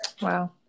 Wow